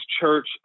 church